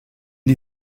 die